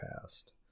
past